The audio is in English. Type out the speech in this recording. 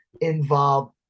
involve